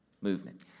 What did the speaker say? movement